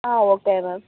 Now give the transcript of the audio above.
ah okay ma'am